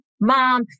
mom